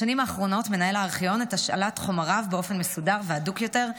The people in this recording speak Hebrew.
בשנים האחרונות מנהל הארכיון את השאלת חומריו באופן מסודר והדוק יותר,